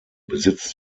besitzt